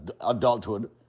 adulthood